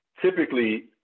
typically